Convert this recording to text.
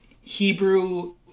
Hebrew